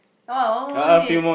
oh one more minute